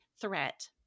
threat